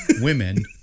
Women